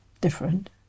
different